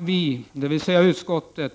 Vi dvs. utskottet,